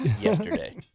Yesterday